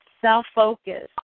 self-focused